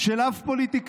של אף פוליטיקאי,